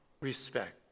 respect